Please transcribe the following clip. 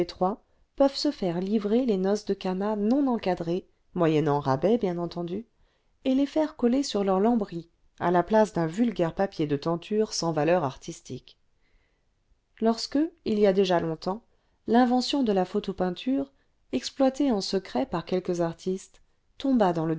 peuvent se faire livrer les noces de cana non encadrées moyennant rabais bien entendu et les faire coller sur leurs lambris à la place d'un vulgaire papier de tenture sans valeur artistique lorsque il y a déjà longtemps l'invention de la photopeinture exploitée en secret par quelques artistes tomba dans